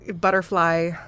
Butterfly